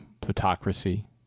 plutocracy